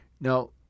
Now